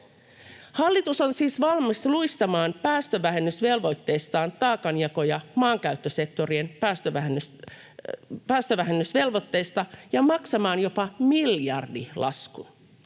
Hallitus on siis valmis luistamaan taakanjako- ja maankäyttösektorien päästövähennysvelvoitteista ja maksamaan jopa miljardilaskun